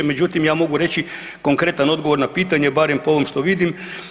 Međutim, ja mogu reći konkretan odgovor na pitanje barem po ovom što vidim.